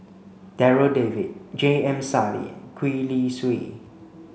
Darryl David J M Sali and Gwee Li Sui